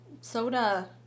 soda